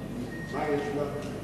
מה יש בה?